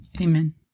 Amen